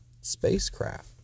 spacecraft